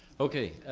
okay,